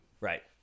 Right